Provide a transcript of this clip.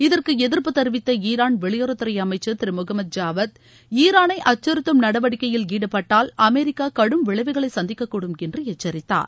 இதற்கு எதிர்ப்பு தெரிவித்த ஈரான் வெளியுறவுத்துறை அமைச்சர் திரு முகமது ஜாவத் ஈரானை அச்சுறத்தும் நடவடிக்கையில் ஈடுபட்டால் அமெரிக்கா கடும் விளைவுகளை சந்திக்கக்கூடும் என்று எச்சரித்தார்